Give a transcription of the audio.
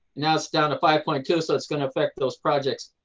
now it's down to five point two. so it's going to affect those projects.